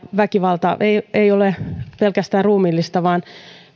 väkivaltaa väkivalta ei ole pelkästään ruumiillista vaan